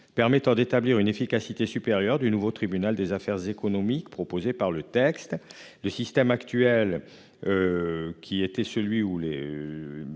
permettant d'établir une efficacité supérieure du nouveau tribunal des affaires économiques proposées par le texte. Le système actuel. Qui était celui où les.